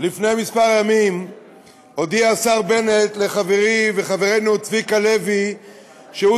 לפני כמה ימים הודיע השר בנט לחברי וחברנו צביקה לוי שהוא